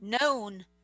known